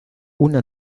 una